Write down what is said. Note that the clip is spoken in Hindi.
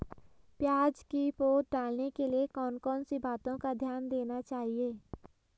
प्याज़ की पौध डालने के लिए कौन कौन सी बातों का ध्यान देना चाहिए?